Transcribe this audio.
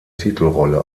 titelrolle